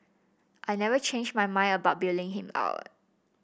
I never changed my mind about bailing him out